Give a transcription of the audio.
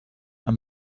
and